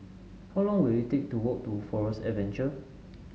how long will it take to walk to Forest Adventure